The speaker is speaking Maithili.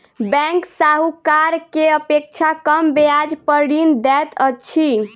बैंक साहूकार के अपेक्षा कम ब्याज पर ऋण दैत अछि